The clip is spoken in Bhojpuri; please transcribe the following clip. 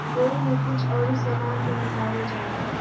ओइमे कुछ अउरी सामान भी मिलावल जाला